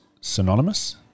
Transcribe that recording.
synonymous